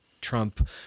trump